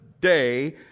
day